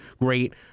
great